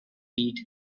heat